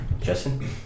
Justin